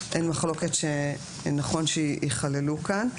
אין מחלוקת שנכון שייכללו כאן.